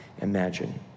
imagine